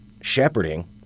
shepherding